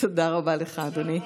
תודה רבה לך, אדוני.